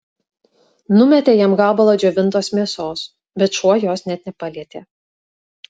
numetė jam gabalą džiovintos mėsos bet šuo jos net nepalietė